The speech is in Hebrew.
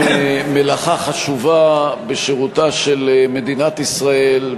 עושים מלאכה חשובה בשירותה של מדינת ישראל,